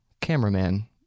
cameraman